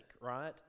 right